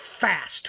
fast